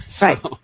Right